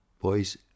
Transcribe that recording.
boys